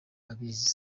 abizi